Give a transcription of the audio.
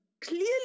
clearly